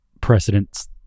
precedents